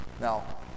Now